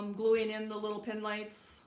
um gluing in the little pin lights